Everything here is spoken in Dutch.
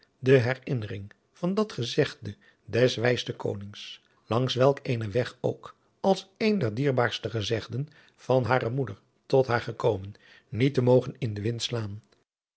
de herinnering van dat gezegde des wijsten konings lang welk eenen weg ook als een der dierbaarste gezegden van hare moeder tot haar gekomen niet te mogen in den wind slaan